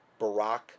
Barack